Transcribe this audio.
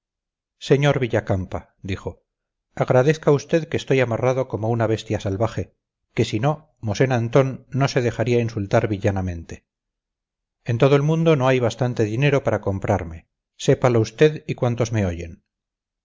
amarga ira sr villacampa dijo agradezca usted que estoy amarrado como una bestia salvaje que si no mosén antón no se dejaría insultar villanamente en todo el mundo no hay bastante dinero para comprarme sépalo usted y cuantos me oyen